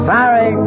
Sorry